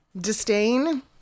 disdain